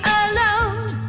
alone